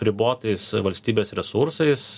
ribotais valstybės resursais